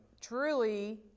truly